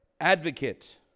advocate